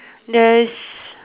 there is